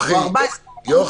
או 14 מ"ר,